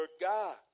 God